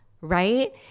right